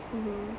mmhmm